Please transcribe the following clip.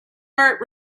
art